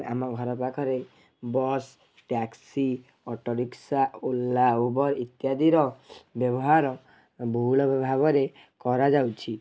ଆମ ଘର ପାଖରେ bus taxi auto rickshaw Ola Uber ଇତ୍ୟାଦିର ବ୍ୟବହାର ବହୁଳ ଭାବରେ କରାଯାଉଛି